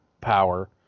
power